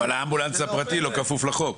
אבל האמבולנס הפרטי לא כפוף לחוק.